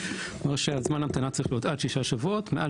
מראה שזמן ההמתנה צריך להיות עד שישה שבועות מעל